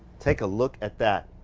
take a look at that.